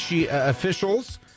officials